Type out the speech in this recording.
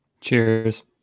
Cheers